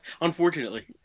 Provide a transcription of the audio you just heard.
Unfortunately